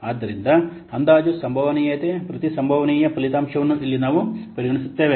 ಆದ್ದರಿಂದ ಅಂದಾಜು ಸಂಭವನೀಯತೆಯ ಪ್ರತಿ ಸಂಭವನೀಯ ಫಲಿತಾಂಶವನ್ನು ಇಲ್ಲಿ ನಾವು ಪರಿಗಣಿಸುತ್ತೇವೆ